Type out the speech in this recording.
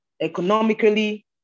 economically